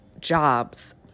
jobs